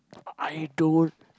I don't